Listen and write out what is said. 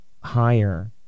higher